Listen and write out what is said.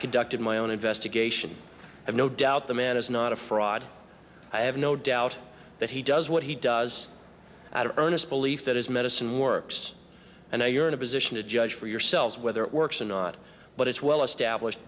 conducted my own investigation i have no doubt the man is not a fraud i have no doubt that he does what he does out of earnest belief that his medicine works and you're in a position to judge for yourselves whether it works or not but it's well established